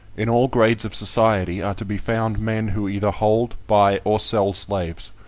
in all grades of society are to be found men who either hold, buy, or sell slaves,